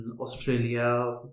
Australia